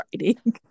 writing